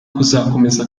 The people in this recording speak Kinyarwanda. kuzakomeza